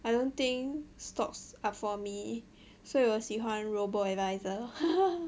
I don't think stocks are for me 所以我喜欢 robo-adviser